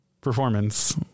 performance